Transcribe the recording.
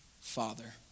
Father